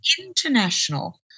International